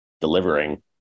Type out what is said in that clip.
delivering